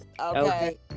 Okay